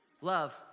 Love